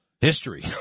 history